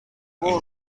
این